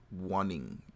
wanting